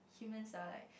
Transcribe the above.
humans are like